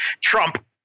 trump